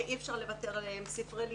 שאי אפשר לוותר עליהם ספרי לימוד,